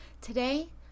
Today